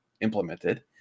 implemented